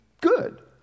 good